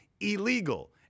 illegal